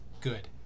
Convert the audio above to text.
good